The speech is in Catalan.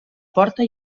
porta